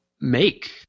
make